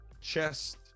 chest